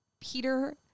Peter